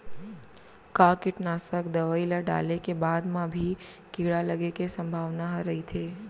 का कीटनाशक दवई ल डाले के बाद म भी कीड़ा लगे के संभावना ह रइथे?